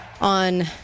on